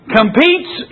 competes